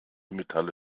metalle